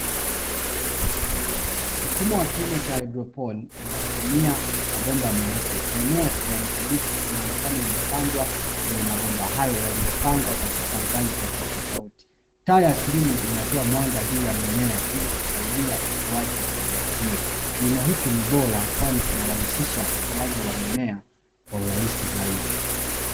Mfumo wa kilimo cha hydroponi unaotumia mabomba meupe, mimea ya kijani kibichi inaonekana imepandwa kwenye mabomba hayo yaliopangwa katika ngazi tofautitofauti. Taa ya kilimo inatoa mwanga juu ya mimea, ilikusaidia ukuaji wa mimea hio. Kilimo hiki ni bora, kwani kinarahisisha ukuaji wa mimea kwa urahisi zaidi.